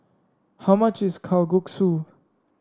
how much is Kalguksu